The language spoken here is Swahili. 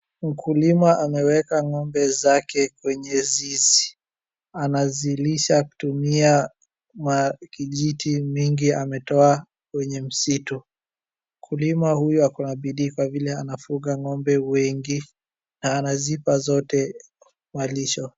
Mkulima ameweka ng'ombe zake kwenye zizi. Anazilisha kutumia makijiti mingi ametoa kwenye msitu. Mkulima huyo akona bidii kwa vile anafuga ng'ombe wengi na anazipa zote malisho.